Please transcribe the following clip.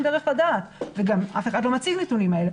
דרך לדעת וגם אף אחד לא מציג את נתונים האלה.